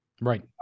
right